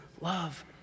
love